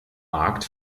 markt